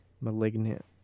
Malignant